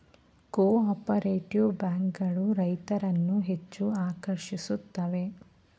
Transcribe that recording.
cooperative bank ಗಳು ರೈತರನ್ನು ಹೆಚ್ಚು ಆಕರ್ಷಿಸುತ್ತವೆ